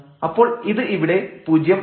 അപ്പോൾ ഇത് ഇവിടെ 0 ആവും